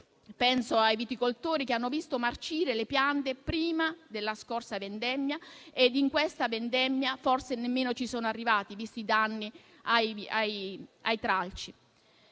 Penso ai viticoltori che hanno visto marcire le piante prima della scorsa vendemmia ed in questa vendemmia forse nemmeno ci sono arrivati, visti i danni ai tralci.